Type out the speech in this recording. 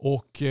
Och